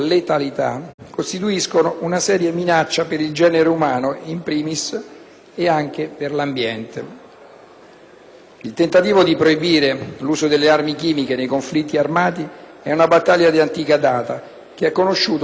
Il tentativo di proibire l'uso delle armi chimiche nei conflitti armati è una battaglia di antica data, che ha conosciuto più riprese nell'ultimo secolo, senza però raggiungere risultati concreti a livello internazionale, fino alla suddetta Convenzione di Parigi.